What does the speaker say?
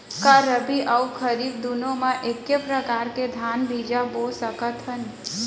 का रबि अऊ खरीफ दूनो मा एक्के प्रकार के धान बीजा बो सकत हन?